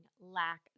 lack